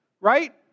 right